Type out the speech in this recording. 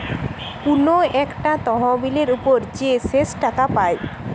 কুনু একটা তহবিলের উপর যে শেষ টাকা পায়